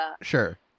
Sure